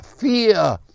fear